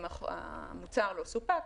אם המוצר לא סופק,